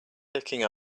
picking